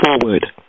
forward